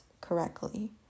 correctly